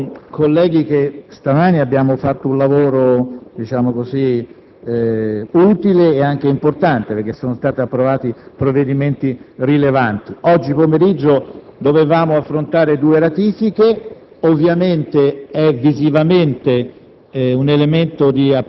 Io credo, colleghi, che stamani abbiamo fatto un lavoro utile e anche importante, perche´ sono stati approvati provvedimenti rilevanti. Oggi pomeriggio dovevamo affrontare due ratifiche: epero visivamente